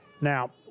Now